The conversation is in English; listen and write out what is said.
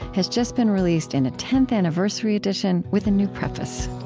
has just been released in a tenth anniversary edition with a new preface